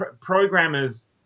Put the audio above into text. programmers